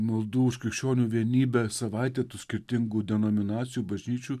maldų už krikščionių vienybę savaitę tų skirtingų denominacijų bažnyčių